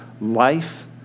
life